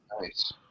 Nice